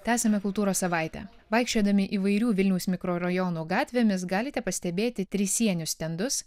tęsiame kultūros savaitę vaikščiodami įvairių vilniaus mikrorajonų gatvėmis galite pastebėti trisienius stendus